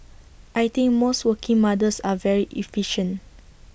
I think most working mothers are very efficient